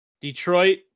Detroit